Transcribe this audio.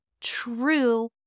true